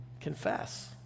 confess